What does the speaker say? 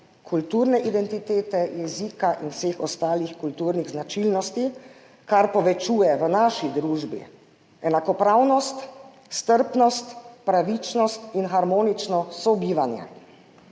kulturne identitete, jezika in vseh ostalih kulturnih značilnosti, kar povečuje v naši družbi enakopravnost, strpnost, pravičnost in harmonično sobivanje.